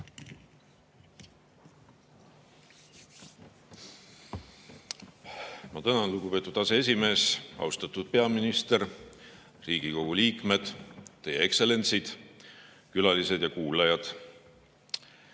Ma tänan, lugupeetud aseesimees! Austatud peaminister! Riigikogu liikmed! Teie ekstsellentsid! Külalised ja kuulajad!